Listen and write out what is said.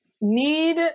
need